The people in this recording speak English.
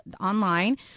online